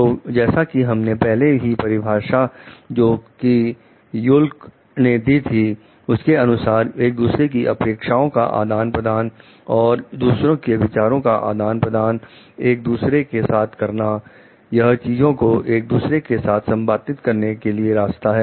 तो जैसा कि हमने पहले ही परिभाषा जो कि युक्ल ने दी थी उसके अनुसार एक दूसरे की अपेक्षाओं का आदान प्रदान और एक दूसरे के विचारों का आदान प्रदान एक दूसरे के साथ करना यह चीजों को एक दूसरे के साथ संपादित करने के लिए रास्ता है